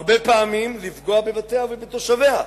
הרבה פעמים לפגוע בבתיה ובתושביה,